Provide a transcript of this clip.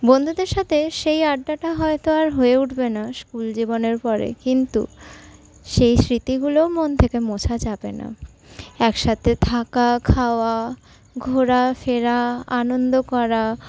বন্ধুদের সাথে সেই আড্ডাটা হয়তো আর হয়ে উঠবে না স্কুল জীবনের পরে কিন্তু সেই স্মৃতিগুলোও মন থেকে মোছা যাবে না একসাথে থাকা খাওয়া ঘোরাফেরা আনন্দ করা